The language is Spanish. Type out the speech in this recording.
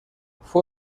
fue